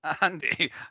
Andy